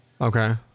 Okay